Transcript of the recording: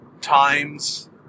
times